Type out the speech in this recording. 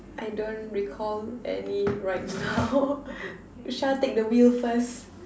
I don't recall any right now Shah take the wheel first